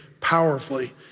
powerfully